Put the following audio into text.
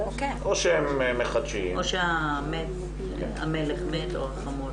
או שהם מחדשים --- או שהמלך מת או שהחמור מת...